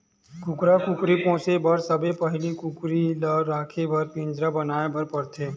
कुकरा कुकरी पोसे बर सबले पहिली कुकरी ल राखे बर पिंजरा बनाए बर परथे